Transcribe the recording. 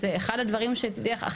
זה אחד הדברים שתדעי לך,